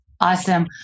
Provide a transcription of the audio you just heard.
awesome